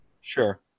Sure